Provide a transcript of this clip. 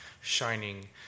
shining